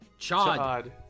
Ch'ad